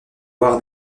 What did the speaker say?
avoir